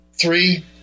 Three